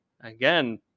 again